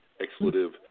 expletive